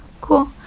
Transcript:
cool